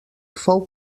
fou